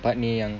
part ni yang